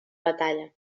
batalla